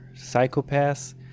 Psychopaths